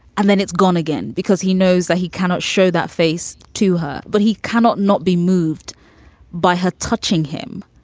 and then it's gone again because he knows that he cannot show that face to her, but he cannot not be moved by her touching him.